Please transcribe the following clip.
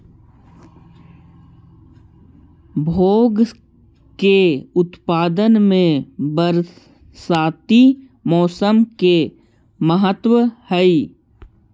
भाँग के उत्पादन में बरसाती मौसम के महत्त्व हई